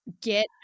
Get